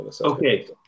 okay